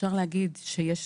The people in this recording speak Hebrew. אפשר להגיד שיש